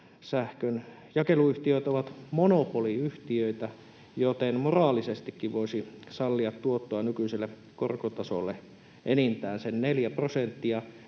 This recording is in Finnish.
Sähkönjakeluyhtiöt ovat monopoliyhtiöitä, joten moraalisestikin voisi sallia tuottoa nykyisellä korkotasolla enintään sen 4 prosenttia,